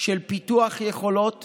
של פיתוח יכולות